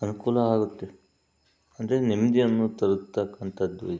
ಅನುಕೂಲ ಆಗುತ್ತೆ ಅಂದರೆ ನೆಮ್ಮದಿಯನ್ನು ತರತಕ್ಕಂಥದ್ದು ಇದು